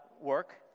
work